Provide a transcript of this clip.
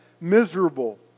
miserable